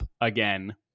again